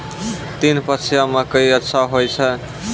तीन पछिया मकई अच्छा होय छै?